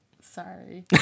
Sorry